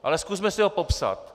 Ale zkusme si ho popsat.